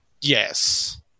Yes